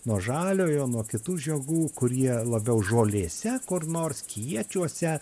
nuo žaliojo nuo kitų žiogų kurie labiau žolėse kur nors kiečiuose